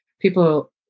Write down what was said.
people